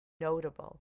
notable